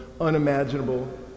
unimaginable